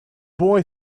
boy